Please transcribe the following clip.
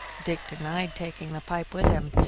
dick denied taking the pipe with him,